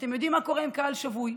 ואתם יודעים מה קורה עם קהל שבוי.